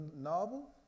novel